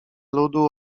ludu